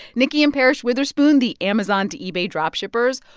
nikki and parrish witherspoon, the amazon to ebay drop-shippers,